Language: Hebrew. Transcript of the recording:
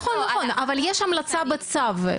נכון, נכון, אבל יש המלצה בצו.